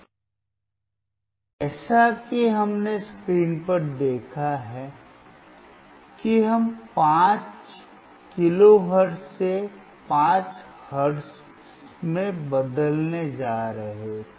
अब जैसा कि हमने स्क्रीन पर देखा है कि हम 5 किलोहर्ट्ज़ से 50 हर्ट्ज़ में बदलने जा रहे थे